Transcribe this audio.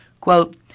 Quote